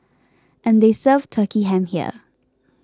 and they serve Turkey Ham here